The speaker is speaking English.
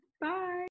Bye